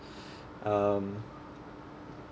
um